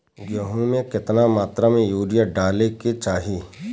गेहूँ में केतना मात्रा में यूरिया डाले के चाही?